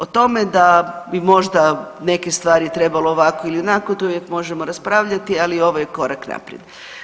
Od tome da bi možda neke stvari trebalo ovako ili onako tu uvijek možemo raspravljati, ali ovo je korak naprijed.